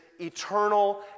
eternal